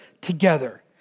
together